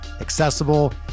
accessible